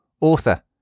author